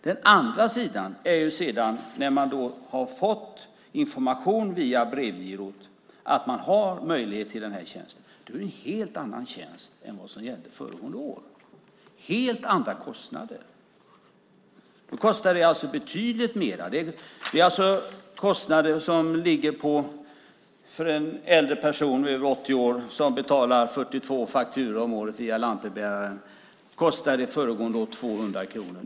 Den andra sidan är att när man har fått information via Brevgirot om att man har rätt till denna tjänst är det en helt annan tjänst än vad som gällde föregående år och helt andra kostnader. Nu kostar det betydligt mer. För en person över 80 år som betalar 42 fakturor om året via lantbrevbäraren kostade det föregående år 200 kronor.